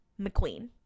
McQueen